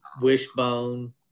wishbone